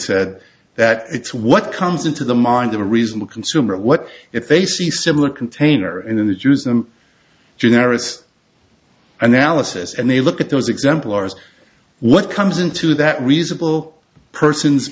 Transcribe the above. said that it's what comes into the mind of a reasonable consumer what if they see similar container in that use them generous analysis and they look at those exemplars what comes into that reasonable person's